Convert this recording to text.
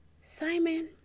Simon